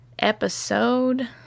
episode